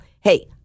Hey